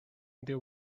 they